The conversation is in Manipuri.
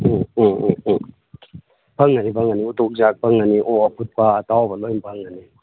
ꯎꯝ ꯎꯝ ꯎꯝ ꯎꯝ ꯐꯪꯒꯅꯤ ꯐꯪꯒꯅꯤ ꯎꯇꯣꯡ ꯆꯥꯛ ꯐꯪꯒꯅꯤ ꯑꯣꯛ ꯑꯐꯨꯠꯄ ꯑꯇꯥꯎꯕ ꯂꯣꯏ ꯐꯪꯒꯅꯤ